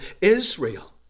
Israel